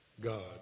God